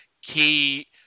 key